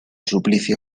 suplicio